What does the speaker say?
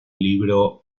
libro